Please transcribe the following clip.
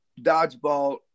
dodgeball